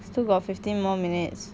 still got fifteen more minutes